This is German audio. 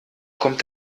kommt